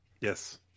Yes